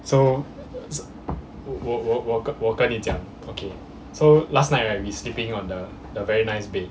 so 我我我我跟你讲 okay so last night right we sleeping on the the very nice bed